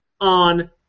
on